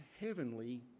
heavenly